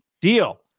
deal